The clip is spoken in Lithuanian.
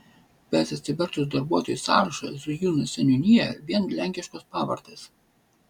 bet atsivertus darbuotojų sąrašą zujūnų seniūnijoje vien lenkiškos pavardes